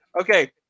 Okay